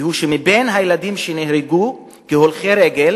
והוא שמבין הילדים שנהרגו כהולכי רגל